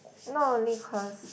not only cause